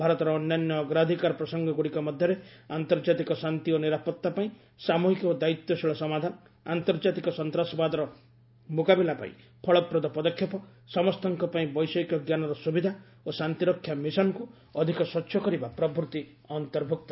ଭାରତର ଅନ୍ୟାନ୍ୟ ଅଗ୍ରାଧିକାର ପ୍ରସଙ୍ଗଗୁଡ଼ିକ ମଧ୍ୟରେ ଆନ୍ତର୍ଜାତିକ ଶାନ୍ତି ଓ ନିରାପତ୍ତା ପାଇଁ ସାମୂହିକ ଓ ଦାୟିତ୍ୱଶୀଳ ସମାଧାନ ଆନ୍ତର୍ଜାତିକ ସନ୍ତାସବାଦର ମୁକାବିଲା ପାଇଁ ଫଳପ୍ରଦ ପଦକ୍ଷେପ ସମସ୍ତଙ୍କ ପାଇଁ ବୈଷୟିକ ଜ୍ଞାନର ସୁବିଧା ଓ ଶାନ୍ତିରକ୍ଷା ମିଶନକୁ ଅଧିକ ସ୍ୱଚ୍ଛ କରିବା ପ୍ରଭୃତି ଅନ୍ତର୍ଭୁକ୍ତ